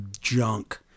junk